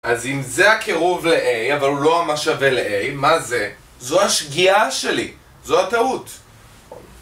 אז אם זה הקירוב ל-A, אבל הוא לא ממש שווה ל-A, מה זה? זו השגיאה שלי, זו הטעות.